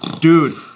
dude